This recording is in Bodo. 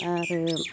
आरो